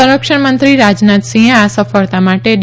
સંરક્ષણમંત્રી રાજનાથસિંહે આ સફળતા માટે ડી